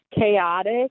chaotic